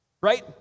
Right